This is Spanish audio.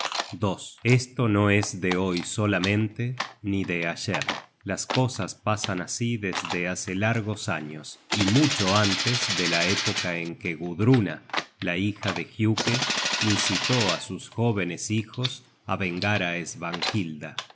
esto no es de hoy solamente ni de ayer las cosas pasan así desde hace largos años y mucho antes de la época en que gudruna la hija de giuke incitó á sus jóvenes hijos á vengar á svanhilda